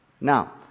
Now